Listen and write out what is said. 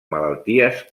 malalties